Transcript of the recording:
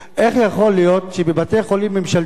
איך יכול להיות שבבתי-חולים ממשלתיים,